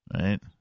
right